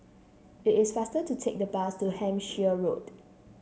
it is faster to take the bus to Hampshire Road